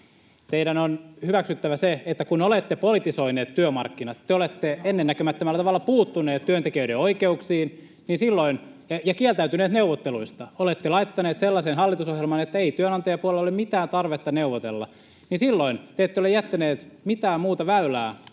Teidän on hyväksyttävä se, että kun olette politisoineet työmarkkinat, te olette ennennäkemättömällä tavalla puuttuneet työntekijöiden oikeuksiin ja kieltäytyneet neuvotteluista, olette laittaneet sellaisen hallitusohjelman, että ei työnantajapuolella ole mitään tarvetta neuvotella, niin silloin te ette ole jättäneet mitään muuta väylää